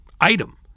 item